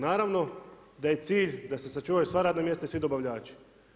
Naravno da je cilj da se sačuvaju sva radna mjesta i svi dobavljači.